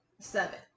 Seven